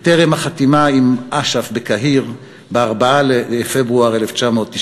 בטקס החתימה עם אש"ף בקהיר ב-4 בפברואר 1994: